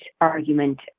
argument